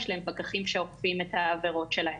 פקחים שאוכפים את העבירות שלהם.